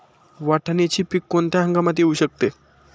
वाटाण्याचे पीक कोणत्या हंगामात येऊ शकते?